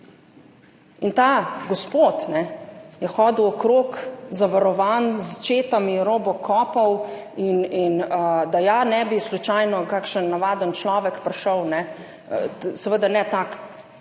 In ta gospod je hodil okrog, zavarovan s četami robokopov, da ja ne bi slučajno kakšen navaden človek prišel. Seveda ne tak,